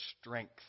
strength